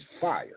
fire